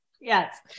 Yes